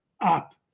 up